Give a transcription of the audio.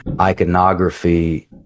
iconography